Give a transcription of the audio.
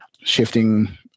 shifting